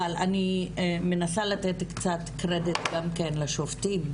אבל אני מנסה לתת קצת קרדיט גם כן לשופטים,